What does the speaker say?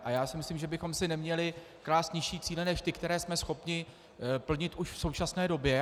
A já si myslím, že bychom si neměli klást nižší cíle než ty, které jsme schopni plnit už v současné době.